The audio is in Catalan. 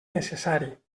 necessari